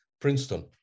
Princeton